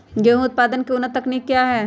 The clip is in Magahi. गेंहू उत्पादन की उन्नत तकनीक क्या है?